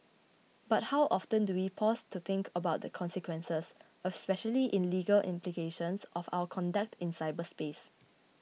but how often do we pause to think about the consequences of especially in legal implications of our conduct in cyberspace